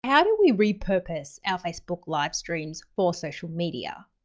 how do we repurpose our facebook livestreams for social media?